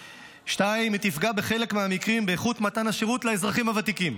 2. היא תפגע בחלק מהמקרים באיכות מתן השירות לאזרחים הוותיקים,